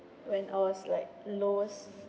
when I was like lowest